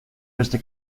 beste